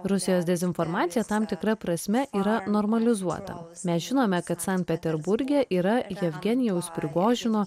rusijos dezinformacija tam tikra prasme yra normalizuota mes žinome kad sankt peterburge yra jevgenijaus prigožino